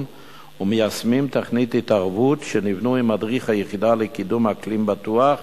ומיישמים תוכניות התערבות שנבנו עם מדריך היחידה לקידום אקלים בטוח